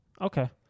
Okay